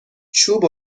چوب